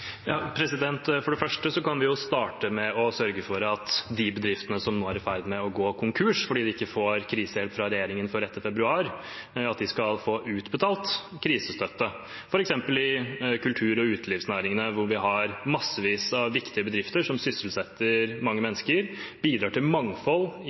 For det første kan vi jo starte med å sørge for at de bedriftene som nå er i ferd med å gå konkurs fordi de ikke får krisehjelp fra regjeringen før etter februar, skal få utbetalt krisestøtte, f.eks. i kultur- og utelivsnæringene hvor vi har massevis av viktige bedrifter som sysselsetter mange